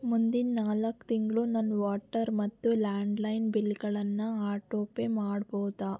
ಮುಂದಿನ ನಾಲ್ಕು ತಿಂಗಳು ನನ್ನ ವಾಟರ್ ಮತ್ತು ಲ್ಯಾಂಡ್ ಲೈನ್ ಬಿಲ್ಗಳನ್ನು ಆಟೋ ಪೇ ಮಾಡಬೋದಾ